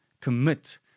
commit